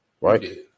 right